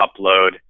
upload